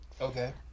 Okay